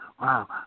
Wow